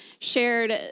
shared